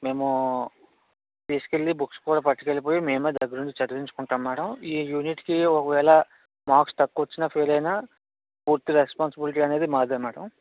మేము తీసుకెళ్ళి బుక్స్ కూడా పట్టుకెళ్ళిపోయి మేమే దగ్గరుండి చదివించుకుంటాము మ్యాడం ఈ యూనిట్కి ఒకవేళ మార్క్స్ తక్కువ వచ్చినా ఫెయిల్ అయినా పూర్తి రెస్పాన్సిబిలిటీ అనేది మాదే మ్యాడం